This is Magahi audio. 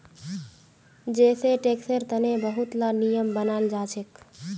जै सै टैक्सेर तने बहुत ला नियम बनाल जाछेक